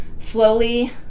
slowly